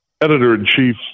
editor-in-chief